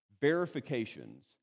Verifications